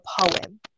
poem